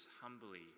humbly